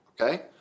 okay